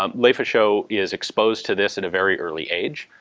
um lefacheaux is exposed to this at a very early age,